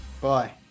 bye